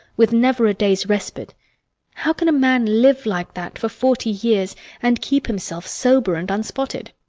with never a day's respite how can a man live like that for forty years and keep himself sober and unspotted?